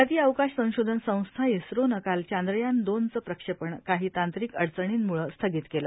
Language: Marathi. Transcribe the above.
भारतीय अवकाश संशोधन संस्था इस्रोनं काल चांद्रयान दोनचं प्रक्षेपण काही तांत्रिक उध्चणीमुळं स्थगित केलं